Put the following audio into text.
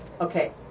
Okay